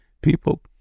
people